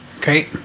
great